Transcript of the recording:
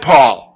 Paul